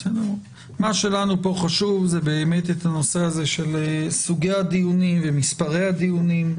חשוב לנו סוגי הדיונים ומספרי הדיונים.